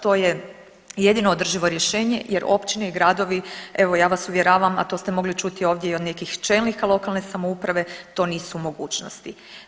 To je jedino održivo rješenje jer općine i gradovi, evo ja vas uvjeravam, a to ste mogli čuti ovdje i od nekih čelnika lokalne samouprave to nisu u mogućnosti.